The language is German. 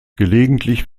gelegentlich